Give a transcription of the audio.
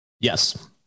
Yes